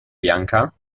bianca